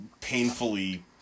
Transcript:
painfully